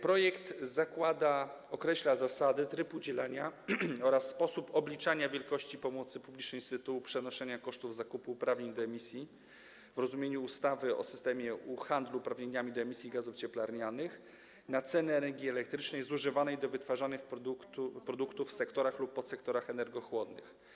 Projekt określa zasady i tryb udzielania oraz sposób obliczania wielkości pomocy publicznej z tytułu przenoszenia kosztów zakupu uprawnień do emisji w rozumieniu ustawy o systemie handlu uprawnieniami do emisji gazów cieplarnianych na cenę energii elektrycznej zużywanej do wytwarzania produktów w sektorach lub podsektorach energochłonnych.